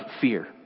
fear